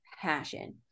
passion